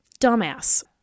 dumbass